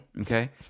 okay